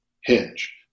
hinge